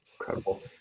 Incredible